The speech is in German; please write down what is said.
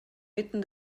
mitten